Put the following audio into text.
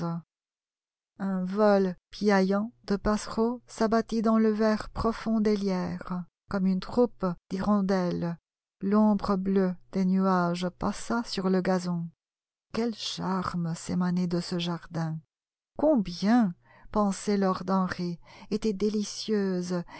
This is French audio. un vol piaillant de passereaux s'abattit dans le vert profond des lierres gomme une troupe d'hirondelles l'ombre bleue des nuages passa sur le gazon quel charme émanait de ce jardin combien pensait lord henry étaient délicieuses les